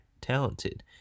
talented